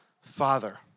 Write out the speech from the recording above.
Father